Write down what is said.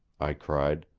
i cried,